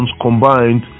combined